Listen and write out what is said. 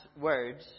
words